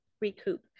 recoup